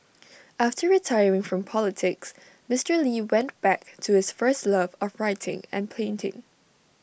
after retiring from politics Mister lee went back to his first love of writing and painting